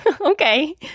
Okay